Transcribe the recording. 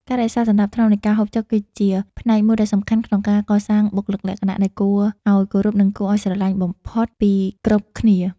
ការរក្សាសណ្តាប់ធ្នាប់នៃការហូបចុកគឺជាផ្នែកមួយដ៏សំខាន់ក្នុងការកសាងបុគ្គលិកលក្ខណៈដែលគួរឱ្យគោរពនិងគួរឱ្យស្រឡាញ់បំផុតពីគ្រប់គ្នា។